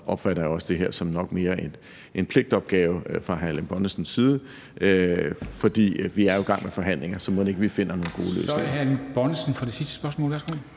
opfatter jeg også det her som nok mere en pligtopgave fra hr. Erling Bonnesens side. For vi er jo i gang med forhandlinger, så mon ikke vi finder nogle gode løsninger. Kl. 14:08 Formanden (Henrik